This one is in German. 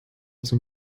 zum